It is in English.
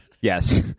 Yes